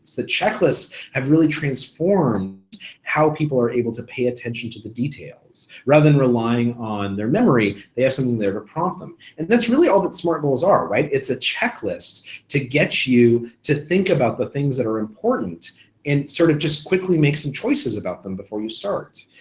the checklist has really transformed how people are able to pay attention to the details. rather than relying on their memory, they have something there to prompt them, and that's really all that smart goals are, right? it's a checklist to get you to think about the things that are important and sort of just quickly make some choices about them before you start.